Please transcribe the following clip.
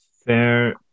Fair